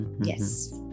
Yes